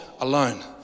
alone